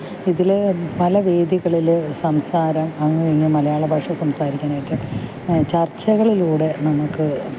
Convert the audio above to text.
ഇതിൽ പല വേദികളിൽ സംസാരം അങ്ങും ഇങ്ങും മലയാളഭാഷ സംസാരിക്കാനായിട്ട് ചര്ച്ചകളിലൂടെ നമുക്ക്